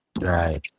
Right